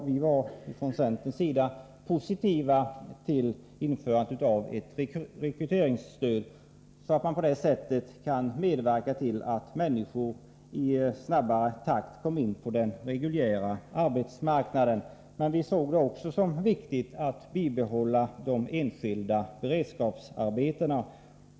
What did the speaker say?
Vi från centerns sida var positiva till införandet av ett rekryteringsstöd, så att man på så sätt kunde medverka till att människor i snabbare takt kom in på den reguljära arbetsmarknaden. Men vi såg det också som viktigt att bibehålla de enskilda beredskapsarbetena.